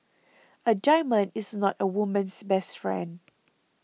a diamond is not a woman's best friend